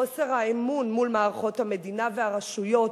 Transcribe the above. חוסר האמון מול מערכות המדינה והרשויות